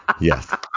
Yes